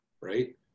Right